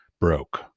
broke